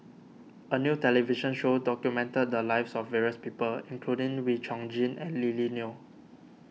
a new television show documented the lives of various people including Wee Chong Jin and Lily Neo